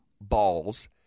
balls